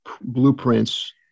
blueprints